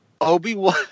Obi-Wan